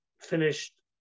finished